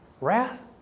wrath